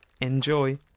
Enjoy